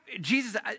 Jesus